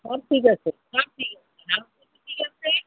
ও ঠিক আছে সব ঠিক আছে হাউস কোটও ঠিক আছে